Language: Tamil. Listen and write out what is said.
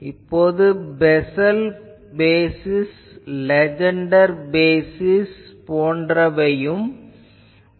இப்போது பெசல் பேசிஸ் லேஜெண்டர் பேசிஸ் போன்றவையும் உள்ளன